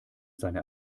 seine